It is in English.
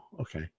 Okay